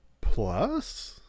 Plus